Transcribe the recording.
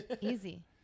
Easy